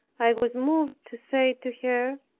i was moved to say to her,